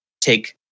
take